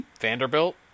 Vanderbilt